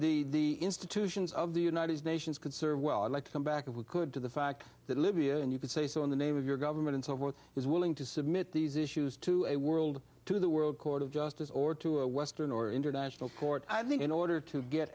forth the institutions of the united nations could serve well i'd like to come back if we could to the fact that libya and you could say so in the name of your government and so forth is willing to submit these issues to a world to the world court of justice or to a western or international court i think in order to get